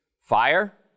Fire